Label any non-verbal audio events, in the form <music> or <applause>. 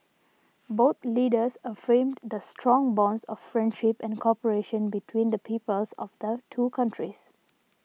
<noise> both leaders affirmed the strong bonds of friendship and cooperation between the peoples of the two countries